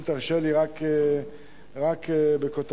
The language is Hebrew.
אם תרשה לי, רק בכותרות: